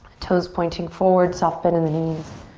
toes pointing forward, soft bend in the knees,